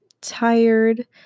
tired